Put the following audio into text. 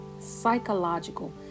psychological